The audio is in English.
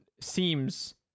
seems